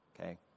okay